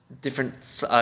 different